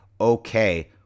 okay